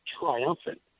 triumphant